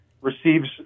receives